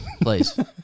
Please